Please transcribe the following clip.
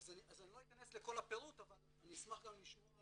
אני לא אכנס לכל הפירוט, אבל אשמח גם לשמוע